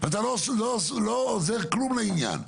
אתה לא עוזר כלום לעניין.